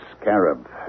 scarab